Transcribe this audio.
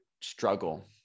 struggle